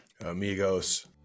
Amigos